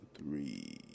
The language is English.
three